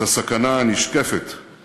הטילים ששליחיהם מה"חיזבאללה" ירו עלינו